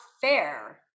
fair